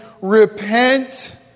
Repent